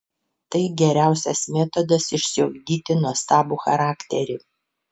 tai geriausias metodas išsiugdyti nuostabų charakterį